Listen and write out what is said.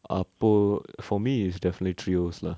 அப்போ:appo for me is definitely trios lah